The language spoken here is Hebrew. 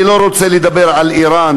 אני לא רוצה לדבר על איראן.